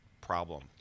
problem